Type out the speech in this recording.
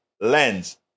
lens